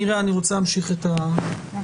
אני רוצה להמשיך את ההקראה.